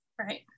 Right